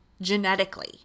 genetically